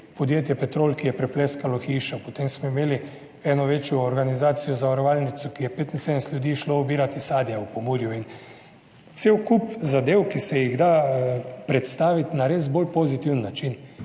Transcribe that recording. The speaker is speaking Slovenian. podjetje Petrol, ki je prepleskalo hišo, potem smo imeli eno večjo organizacijo, zavarovalnico, ki je 75 ljudi šlo obirati sadje v Pomurju. Cel kup zadev, ki se jih da predstaviti na res bolj pozitiven način.